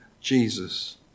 Jesus